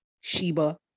Sheba